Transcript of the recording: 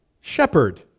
shepherd